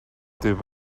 teua